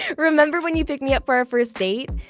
and remember when you picked me up for our first date?